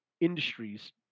industries